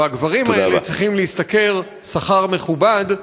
והגברים האלה צריכים להשתכר שכר מכובד,